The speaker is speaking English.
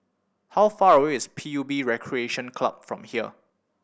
how far away is P U B Recreation Club from here